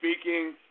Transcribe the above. speaking